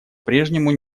прежнему